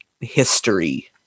History